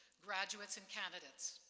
graduates and candidates,